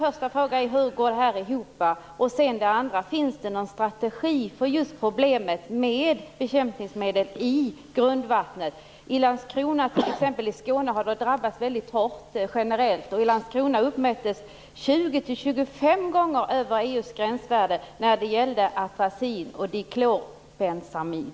Jag har här två frågor: I Skåne har detta generellt drabbat väldigt hårt. I Landskrona har man uppmätt värden som ligger 20 25 gånger över EU:s gränsvärde när det gällt bl.a.